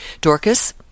Dorcas